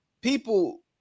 People